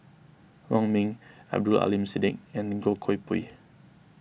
Wong Ming Abdul Aleem Siddique and Goh Koh Pui